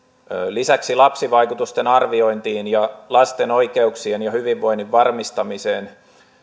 lisäksi lapsivaikutusten arviointiin ja lasten oikeuksien ja hyvinvoinnin varmistamiseen